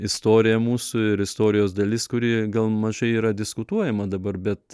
istorija mūsų ir istorijos dalis kuri gal mažai yra diskutuojama dabar bet